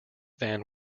van